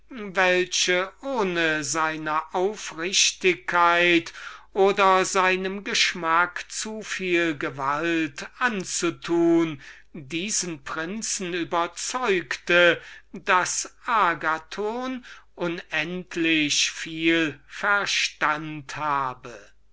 seiner aufrichtigkeit oder seinem geschmack zuviel gewalt anzutun diesen prinzen überzeugte daß agathon unendlich viel verstand